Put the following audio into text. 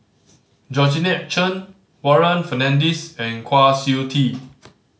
Georgette Chen Warren Fernandez and Kwa Siew Tee